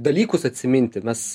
dalykus atsiminti mes